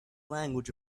language